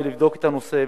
לבדוק את הנושא,